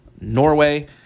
Norway